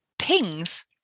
pings